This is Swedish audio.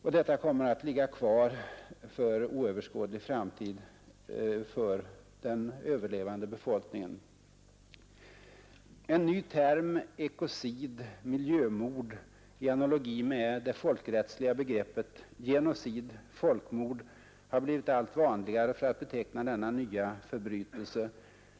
Sådana minor kommer att ligga kvar för oöverskådlig framtid och utgöra en ständig fara överallt för den överlevande befolkningen. En ny term, ekocid, dvs. miljömord — i analogi med det folkrättsliga begreppet genocid, som betyder folkmord — har blivit allt vanligare för att beteckna denna nya förbrytelse.